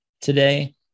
today